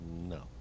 No